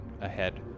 ahead